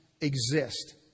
exist